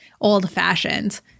old-fashioned